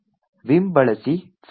Vim ಬಳಸಿ file ತೆರೆಯುವುದು